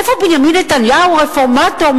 איפה בנימין נתניהו הרפורמטור?